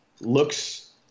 looks